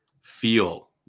feel